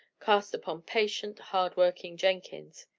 cast upon patient, hard-working jenkins.